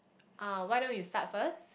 uh why don't you start first